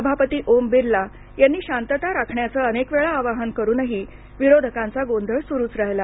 सभापती ओम बिर्ला यांनी शांतता राखण्याचं अनेकवेळा आवाहन करूनही विरोधकांचा गोंधळ सुरूच राहिला